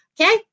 Okay